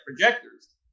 projectors